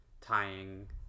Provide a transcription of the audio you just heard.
tying